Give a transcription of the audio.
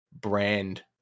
brand